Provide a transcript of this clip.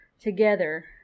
together